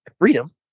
freedom